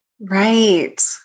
Right